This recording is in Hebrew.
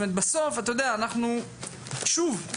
שוב,